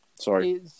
sorry